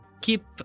keep